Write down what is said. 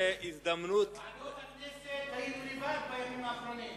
בוועדות הכנסת היינו לבד בימים האחרונים.